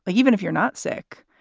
like even if you're not sick,